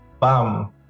bam